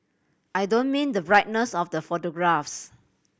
I don't mean the brightness of the photographs